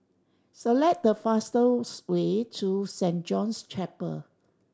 select the fastest way to Saint John's Chapel